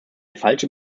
falsche